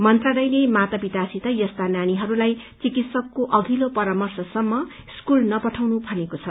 मन्त्रालयको माता पितासित यस्ता नानीहरूलाई चिकित्सकको अघिल्ला परामर्शसम्म स्कूल नपठाउन भनिएको छ